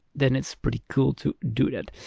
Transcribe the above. then it's pretty cool to do that.